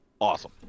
awesome